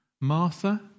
Martha